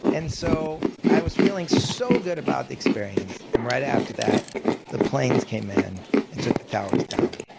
and so i was feeling so good about the experience, and right after that the planes came in and took the towers down.